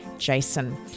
Jason